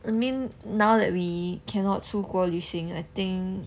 I mean now that we cannot 出国旅行 I think